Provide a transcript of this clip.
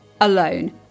alone